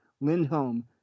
Lindholm